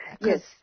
Yes